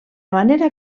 manera